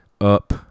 up